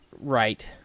right